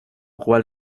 cual